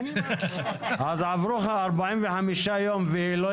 אז עברו 45 יום והיא לא